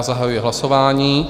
Zahajuji hlasování.